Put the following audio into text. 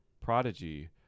prodigy